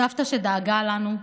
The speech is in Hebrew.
סבתא שדאגה לנו,